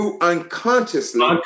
unconsciously